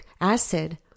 acid